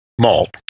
malt